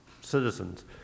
citizens